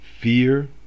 fear